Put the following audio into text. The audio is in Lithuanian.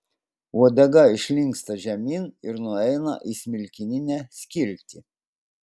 uodega užlinksta žemyn ir nueina į smilkininę skiltį